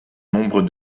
nombre